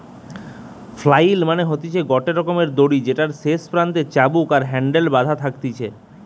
flail মানে হতিছে গটে রকমের দড়ি যেটার শেষ প্রান্তে চাবুক আর হ্যান্ডেল বাধা থাকতিছে